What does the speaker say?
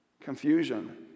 Confusion